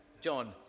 John